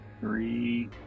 three